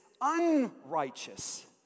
unrighteous